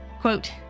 quote